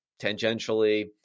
tangentially